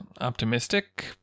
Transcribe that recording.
optimistic